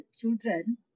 children